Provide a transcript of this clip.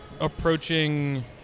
approaching